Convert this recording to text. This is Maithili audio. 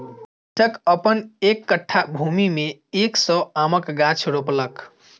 कृषक अपन एक कट्ठा भूमि में एक सौ आमक गाछ रोपलक